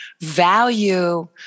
value